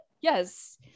Yes